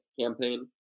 Campaign